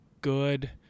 good